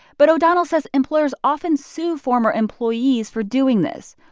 but o'donnell says employers often sue former employees for doing this.